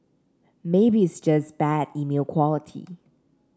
maybe it's just bad email quality